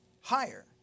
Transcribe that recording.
higher